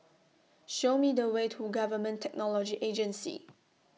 Show Me The Way to Government Technology Agency